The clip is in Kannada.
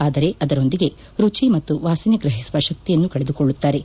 ಆದರೆ ಅದರೊಂದಿಗೆ ರುಚಿ ಮತ್ತು ವಾಸನೆ ಗ್ರಹಿಸುವ ಶಕ್ಷಿಯನ್ನು ಕಳೆದುಕೊಳ್ಳುತ್ತಾರೆ